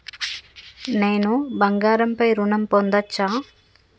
నేను బంగారం పై ఋణం పొందచ్చా?